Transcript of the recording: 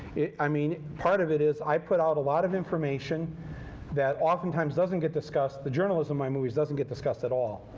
i mean, part of it is i put out a lot of information that oftentimes doesn't get discussed. the journalism in my movies doesn't get discussed at all,